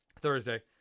Thursday